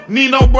Nino